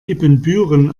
ibbenbüren